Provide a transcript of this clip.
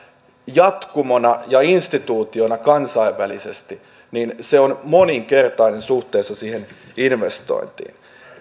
jatkumona ja instituutiona kansainvälisesti on moninkertainen suhteessa siihen investointiin